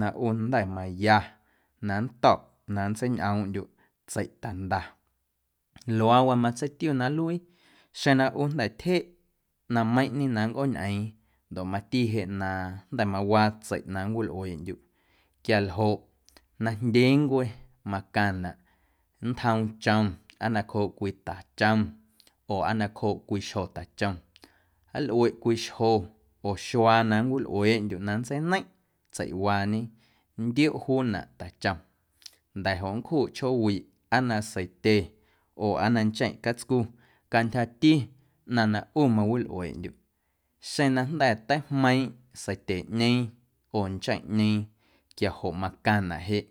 Na ꞌu jnda̱ maya na nnto̱ꞌ na nntseiñꞌoomꞌndyuꞌ tseiꞌtanda luaawaa matseitiu na nluii xeⁿ na ꞌu jnda̱ tyjeꞌ ꞌnaⁿꞌmeiⁿñe na nncꞌooñꞌeeⁿ ndoꞌ mati jeꞌ na jnda̱ mawaa tseiꞌ na nncwilꞌueeꞌndyuꞌ quialjoꞌ najndyeencwe macaⁿnaꞌ nntjoom chom aa nacjooꞌ cwii tachom oo aa nacjooꞌ cwii xjotachom nlꞌueꞌ cwii xjo oo xuaa na nncwilꞌueeꞌndyuꞌ na nntseineiⁿꞌ tseiwaañe nntiomꞌ juunaꞌ tachom nda̱joꞌ nncjuꞌ chjoowiꞌ aa na seitye oo aa na ncheⁿꞌ catscu cantyjati ꞌnaⁿ na ꞌu mawilꞌueeꞌndyuꞌ xeⁿ na jnda̱ teijmeiiⁿꞌ seityeꞌñeeⁿ oo ncheⁿꞌñeeⁿ quiajoꞌ macaⁿnaꞌ jeꞌ